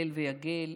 הלל ויגל,